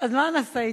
אז מה נעשה אתו?